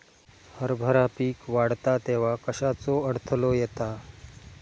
हरभरा पीक वाढता तेव्हा कश्याचो अडथलो येता?